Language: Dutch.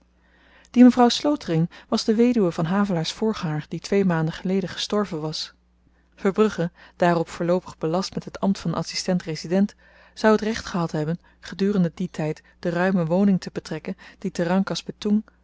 die mevrouw slotering was de weduw van havelaars voorganger die twee maanden geleden gestorven was verbrugge daarop voorloopig belast met het ambt van adsistent resident zou t recht gehad hebben gedurende dien tyd de ruime woning te betrekken die te rangkas betoeng